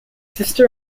sister